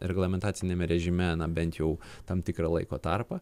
reglamentaciniame režime na bent jau tam tikrą laiko tarpą